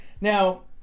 Now